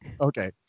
okay